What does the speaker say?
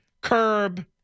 curb